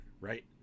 right